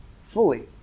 fully